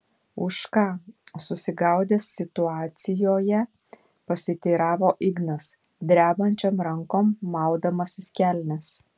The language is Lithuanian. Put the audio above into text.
už ką susigaudęs situacijoje pasiteiravo ignas drebančiom rankom maudamasis kelnes